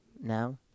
now